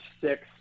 six